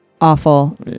awful